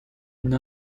une